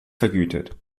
vergütet